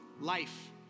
life